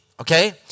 okay